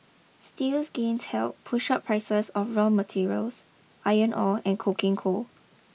steel's gains helped push up prices of raw materials iron ore and coking coal